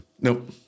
Nope